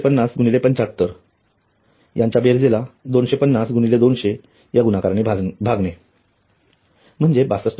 5 100 गुणिले 200 व 150 गुणिले 75 च्या बेरजेला 250 गुणिले 200 च्या गुणाकाराने भागले म्हणजे 62